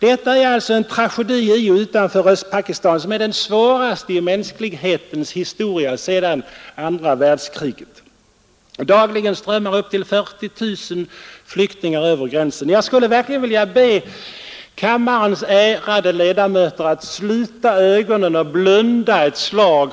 Detta är alltså en tragedi i och utanför Östpakistan som är den svåraste i mänsklighetens historia sedan andra världskriget. Dagligen strömmar upp till 40 000 flyktingar över gränsen. Jag vill verkligen be kammarens ärade ledamöter att sluta ögonen, att blunda ett slag.